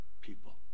people